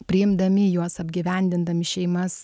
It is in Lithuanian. priimdami juos apgyvendindami šeimas